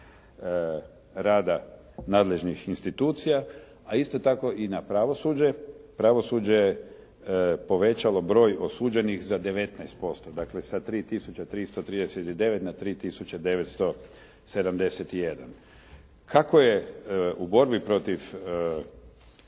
rada nadležnih institucija a isto tako i na pravosuđe. Pravosuđe je povećalo broj osuđenih za 19%, dakle sa 3 tisuće 339 na 3 tisuće 971. Kako je u borbi protiv